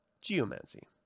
Geomancy